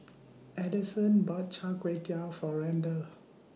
Adyson bought Char Kway Teow For Randall